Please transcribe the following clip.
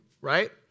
right